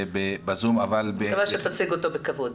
אני מקווה שתייצג אותו בכבוד.